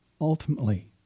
ultimately